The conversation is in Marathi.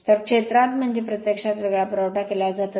तर क्षेत्रात म्हणजे प्रत्यक्षात वेगळा पुरवठा केला जातो